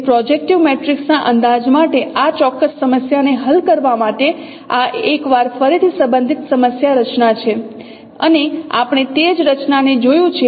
તેથી projective matrix ના અંદાજ માટે આ ચોક્કસ સમસ્યાને હલ કરવા માટે આ એક વાર ફરીથી સંબંધિત સમસ્યા રચના છે અને આપણે તે જ રચનાને જોયું છે